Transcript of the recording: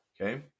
Okay